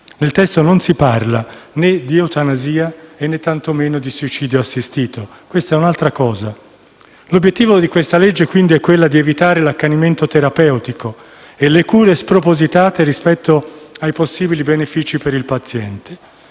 Nel testo non si parla né di eutanasia né tantomeno di suicidio assistito. Questa è un'altra cosa. L'obiettivo di questo provvedimento, quindi, è di evitare l'accanimento terapeutico e le cure spropositate rispetto ai possibili benefici per il paziente.